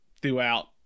throughout